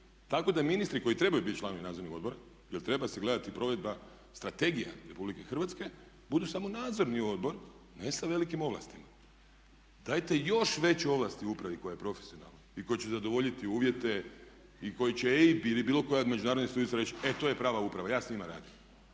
tako da ministri koji trebaju biti članovi nadzornih odbora, jer treba se gledati i provedba strategija RH budu samo nadzorni odbor ne sa velikim ovlastima, dajte još veće ovlasti upravi koja je profesionalna i koja će zadovoljiti uvjete i koje će … ili bilo koja od međunarodnih institucija reći e to je prava uprava ja s njima radim.